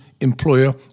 employer